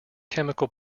chemical